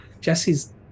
Jesse's